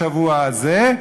בשבוע הזה.